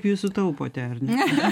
jūs sutaupote ar ne